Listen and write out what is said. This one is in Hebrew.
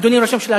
אדוני ראש הממשלה,